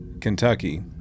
Kentucky